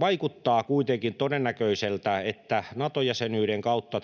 vaikuttaa kuitenkin todennäköiseltä, että Nato-jäsenyyden kautta